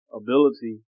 ability